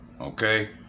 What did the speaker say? okay